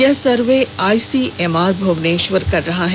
यह survey ICMR Bhubaneswar कर रहा है